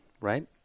right